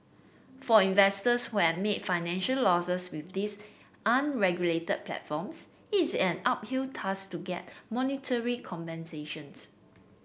for investors who have made financial losses with these unregulated platforms it is an uphill task to get monetary compensations